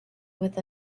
with